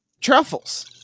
truffles